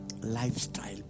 lifestyle